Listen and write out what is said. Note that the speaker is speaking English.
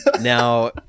Now